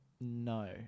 No